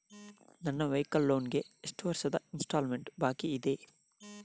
ನನ್ನ vehicle loan ಗೆ ಎಷ್ಟು ವರ್ಷದ ಇನ್ಸ್ಟಾಲ್ಮೆಂಟ್ ಬಾಕಿ ಇದೆ?